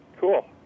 Cool